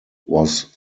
was